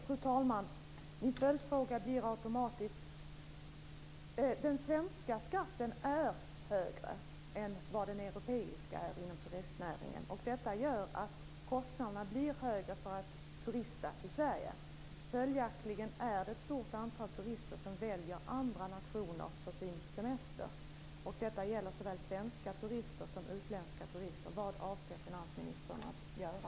Fru talman! Jag har då automatiskt en följdfråga. Den svenska skatten är högre än den europeiska inom turistnäringen, och det gör att kostnaderna för att turista i Sverige blir högre. Följaktligen är det ett stort antal turister som väljer andra nationer för sin semester. Detta gäller såväl svenska som utländska turister. Vad avser finansministern att göra?